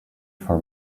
for